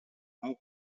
how